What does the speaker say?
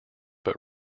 but